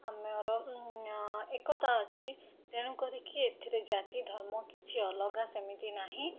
ଆମର ଏକତା ଅଛି ତେଣୁ କରିକି ଏଥିରେ ଜାତି ଧର୍ମ କିଛି ଅଲଗା ସେମିତି ନାହିଁ